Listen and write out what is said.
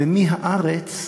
למי הארץ,